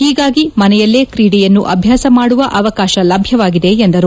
ಹೀಗಾಗಿ ಮನೆಯಲ್ಲೇ ಕ್ರೀಡೆಯನ್ನು ಅಭ್ಯಾಸ ಮಾಡುವ ಅವಕಾಶ ಲಭ್ಯವಾಗಿದೆ ಎಂದರು